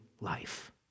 life